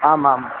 आमां